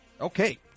Okay